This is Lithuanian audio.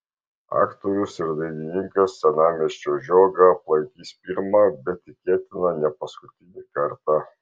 aktorius ir dainininkas senamiesčio žiogą aplankys pirmą bet tikėtina ne paskutinį kartą